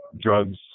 drugs